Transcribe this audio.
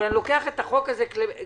אבל אני לוקח את החוק הזה כפלטפורמה.